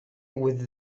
with